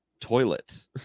toilet